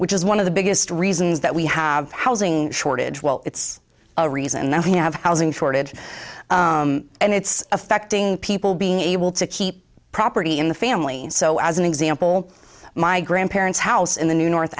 which is one of the biggest reasons that we have housing shortage well it's a reason that we have housing shortage and it's affecting people being able to keep property in the family so as an example my grandparents house in the n